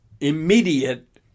immediate